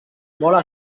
molt